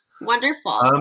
Wonderful